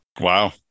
wow